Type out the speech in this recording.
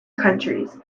counties